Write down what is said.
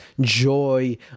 joy